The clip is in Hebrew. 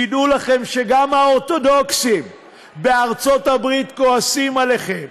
תדעו לכם שגם האורתודוקסים בארצות הברית כועסים עליכם,